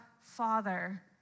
Father